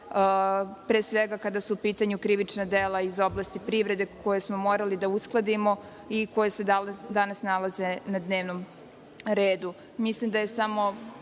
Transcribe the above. pre svega kada su u pitanju krivična dela iz oblasti privrede koja smo morali da uskladimo i koja se danas nalaze na dnevnom